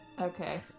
Okay